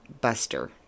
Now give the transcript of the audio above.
Buster